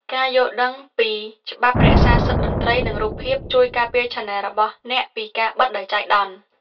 ការយល់ដឹងពីច្បាប់រក្សាសិទ្ធិតន្ត្រី និងរូបភាព ជួយការពារឆានែលរបស់អ្នកពីការបិទដោយចៃដន្យ។